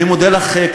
אני מודה לך,